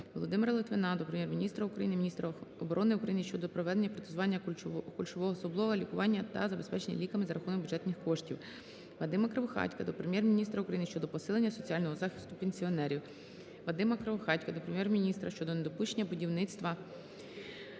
Володимира Литвина до Прем'єр-міністра України, міністра оборони України щодо проведення протезування кульшового суглоба, лікування та забезпечення ліками за рахунок бюджетних коштів. Вадима Кривохатька до Прем'єр-міністра України щодо посилення соціального захисту пенсіонерів. Вадима Кривохатька до Прем'єр-міністра щодо недопущення будівництва